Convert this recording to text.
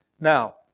Now